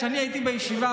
כשאני הייתי בישיבה,